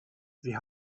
sie